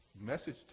message